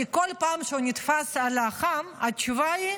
כי כל פעם שהוא נתפס על חם התשובה היא: